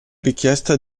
richiesta